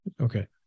Okay